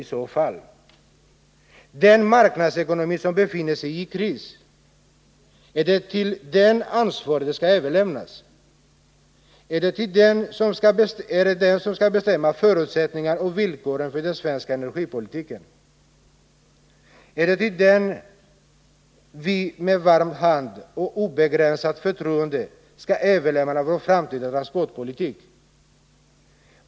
Är det till den marknadsekonomi som befinner sig i kris som ansvaret skall överlämnas? Är det den som skall bestämma förutsättningarna och villkoren för den svenska energipolitiken? Är det till den vi med varm hand och obegränsat förtroende skall överlämna vår framtida transportpolitik?